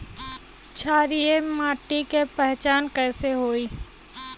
क्षारीय माटी के पहचान कैसे होई?